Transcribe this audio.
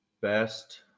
Best